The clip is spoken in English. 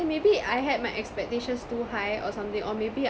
maybe I had my expectations too high or something or maybe